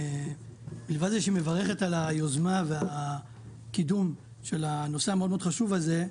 חוץ מזה שהיא מברכת על היוזמה והקידום של הנושא המאוד מאוד חשוב הזה,